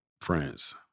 France